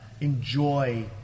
enjoy